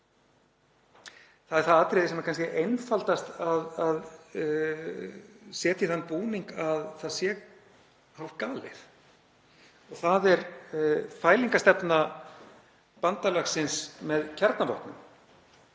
það er atriði sem er kannski einfaldast að setja í þann búning að það sé hálfgalið, en það er fælingarstefna bandalagsins með kjarnavopnum.